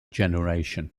generation